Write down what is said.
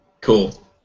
Cool